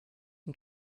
and